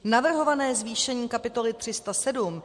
Navrhované zvýšení kapitoly 307